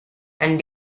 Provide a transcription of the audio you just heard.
and